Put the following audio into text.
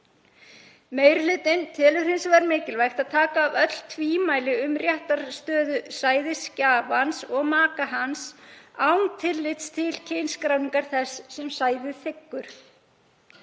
Meiri hlutinn telur hins vegar mikilvægt að taka af öll tvímæli um réttarstöðu sæðisgjafans og maka hans án tillits til kynskráningar þess sem þiggur